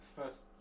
first